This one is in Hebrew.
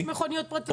--- יש מכוניות פרטיות.